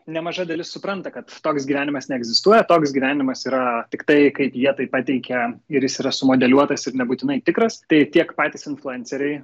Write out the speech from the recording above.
nemaža dalis supranta kad toks gyvenimas neegzistuoja toks gyvenimas yra tiktai kaip jie tai pateikia ir jis yra sumodeliuotas ir nebūtinai tikras tai tiek patys influenceriai